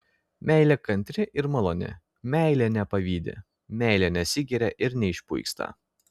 meilė kantri ir maloni meilė nepavydi meilė nesigiria ir neišpuiksta